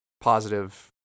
positive